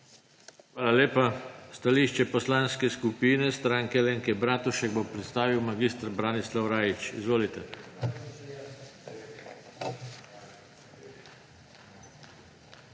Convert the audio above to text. Hvala lepa. Stališče Poslanske skupine Stranke Alenke Bratušek bo predstavil mag. Branislav Rajić. Izvolite.